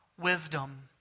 Wisdom